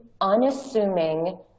unassuming